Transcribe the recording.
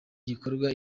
gikorwa